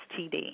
STD